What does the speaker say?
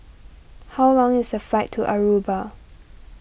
how long is the fight to Aruba